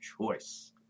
choice